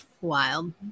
Wild